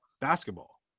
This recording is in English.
basketball